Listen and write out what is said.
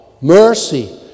mercy